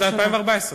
ביחס ל-2014.